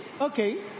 okay